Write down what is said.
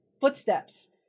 footsteps